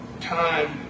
time